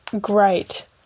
great